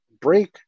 break